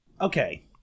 Okay